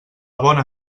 bona